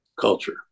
culture